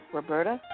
Roberta